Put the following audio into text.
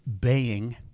baying